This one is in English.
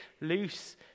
loose